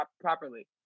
properly